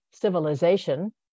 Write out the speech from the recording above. civilization